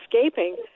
escaping